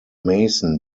mason